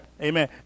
Amen